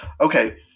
okay